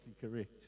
correct